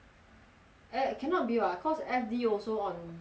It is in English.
I cannot be [what] cause F_D also on friday